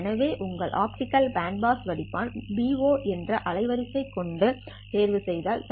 எனவே உங்கள் optical band pass வடிப்பான் Bo என்ற அலைவரிசை கொண்டு தேர்வு செய்தால்